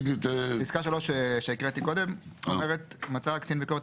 פסקה (3) שהקראתי קודם אומרת: "מצא קצין ביקורת